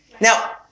Now